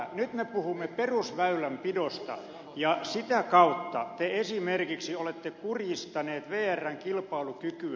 nyt me puhumme perusväylänpidosta ja sitä kautta te esimerkiksi olette kurjistaneet vrn kilpailukykyä